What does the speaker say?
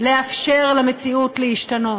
לאפשר למציאות להשתנות.